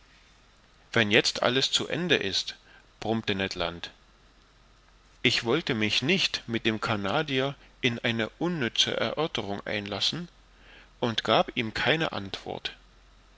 wenn jetzt alles zu ende ist brummte ned land ich wollte mich nicht mit dem canadier in eine unnütze erörterung einlassen und gab ihm keine antwort